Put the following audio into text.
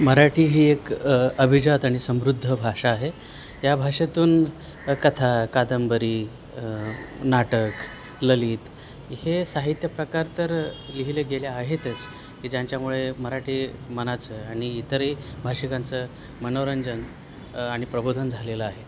मराठी ही एक अभिजात आणि समृद्ध भाषा आहे या भाषेतून कथा कादंबरी नाटक ललित हे साहित्य प्रकार तर लिहिले गेले आहेतच की ज्यांच्यामुळे मराठी मनाचं आणि इतर ही भाषिकांचं मनोरंजन आणि प्रबोधन झालेलं आहे